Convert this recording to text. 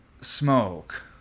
smoke